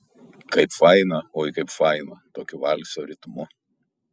kaip faina oi kaip faina tokiu valso ritmu